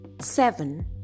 seven